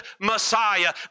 Messiah